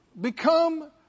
become